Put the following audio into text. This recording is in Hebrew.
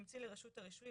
ימציא לרשות הרישוי,